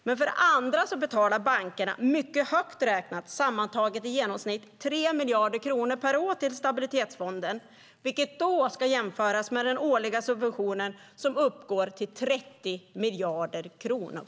För det andra betalar bankerna mycket högt räknat i genomsnitt 3 miljarder kronor per år till Stabilitetsfonden, vilket ska jämföras med den årliga subventionen, som uppgår till 30 miljarder kronor.